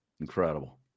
Incredible